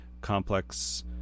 complex